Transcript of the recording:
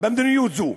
במדיניות זו,